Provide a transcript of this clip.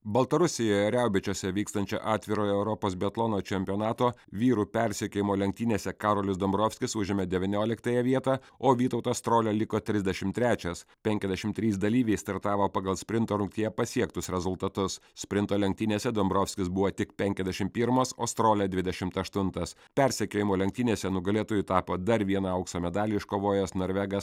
baltarusijoje riaubičiuose vykstančio atvirojo europos biatlono čempionato vyrų persekiojimo lenktynėse karolis dombrovskis užėmė devynioliktąją vietą o vytautas strolia liko trisdešimt trečias penkiasdešimt trys dalyviai startavo pagal sprinto rungtyje pasiektus rezultatus sprinto lenktynėse dombrovskis buvo tik penkiasdešimt pirmas o strolia dvidešimt aštuntas persekiojimo lenktynėse nugalėtoju tapo dar vieną aukso medalį iškovojęs norvegas